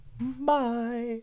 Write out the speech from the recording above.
Bye